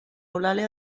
eulàlia